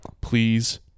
please